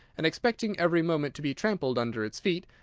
and expecting every moment to be trampled under its feet,